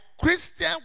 Christian